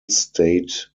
state